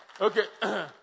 Okay